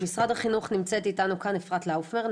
ממשרד החינוך נמצאת איתנו כאן אפרת לאופר,